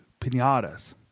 pinatas